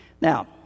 Now